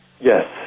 Yes